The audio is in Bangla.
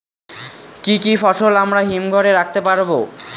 কি কি ফসল আমরা হিমঘর এ রাখতে পারব?